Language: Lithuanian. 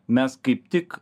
mes kaip tik